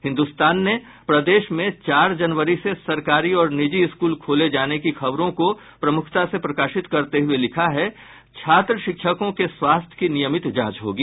हिन्दुस्तान ने प्रदेश में चार जनवरी से सरकारी और निजी स्कूल खोले जाने की खबर को प्रमुखता से प्रकाशित करते हुए लिखा है छात्र शिक्षकों के स्वास्थ्य की नियमित जांच होगी